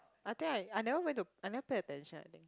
I think I I never pay to I never pay attention I think